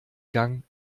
gang